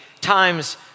times